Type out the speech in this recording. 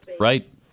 Right